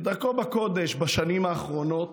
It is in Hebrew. כדרכו בקודש בשנים האחרונות,